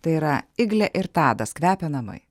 tai yra iglė ir tadas kvepia namai